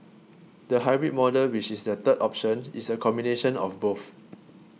the hybrid model which is the third option is a combination of both